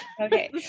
okay